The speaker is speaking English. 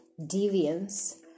deviance